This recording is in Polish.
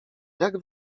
jak